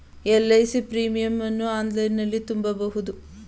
LIC premium ಹಣವನ್ನು ಆನ್ಲೈನಲ್ಲಿ ತುಂಬಬಹುದು